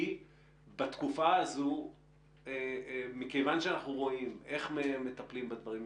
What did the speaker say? בתקופה הזו אנחנו רואים איך מטפלים בדברים.